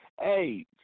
Hey